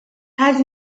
has